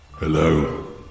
Hello